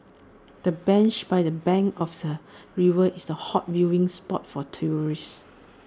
the bench by the bank of the river is A hot viewing spot for tourists